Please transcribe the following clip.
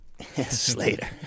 Slater